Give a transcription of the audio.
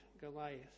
Goliath